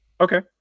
okay